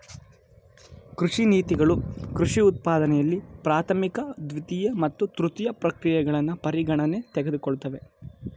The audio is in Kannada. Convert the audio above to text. ಕೃಷಿ ನೀತಿಗಳು ಕೃಷಿ ಉತ್ಪಾದನೆಯಲ್ಲಿ ಪ್ರಾಥಮಿಕ ದ್ವಿತೀಯ ಮತ್ತು ತೃತೀಯ ಪ್ರಕ್ರಿಯೆಗಳನ್ನು ಪರಿಗಣನೆಗೆ ತೆಗೆದುಕೊಳ್ತವೆ